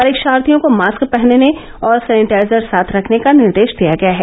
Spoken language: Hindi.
परीक्षार्थियों को मास्क पहनने और सेनिटाइजर साथ रखने का निर्देश दिया गया है